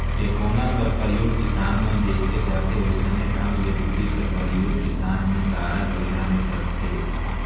टेकोना कर परियोग किसान मन जइसे करथे वइसने ढंग ले धूरी कर परियोग किसान मन गाड़ा बइला मे करथे